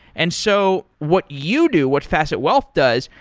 and so what you do, what facet wealth does,